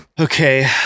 Okay